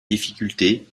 difficultés